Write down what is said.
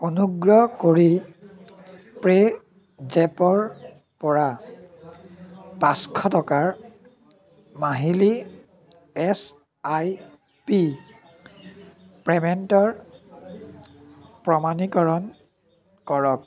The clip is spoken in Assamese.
অনুগ্ৰহ কৰি পে'জেপৰপৰা পাঁচশ টকাৰ মাহিলী এছ আই পি পে'মেণ্টৰ প্ৰমাণীকৰণ কৰক